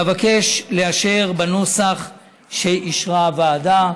ואבקש לאשר בנוסח שאישרה הוועדה.